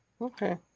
okay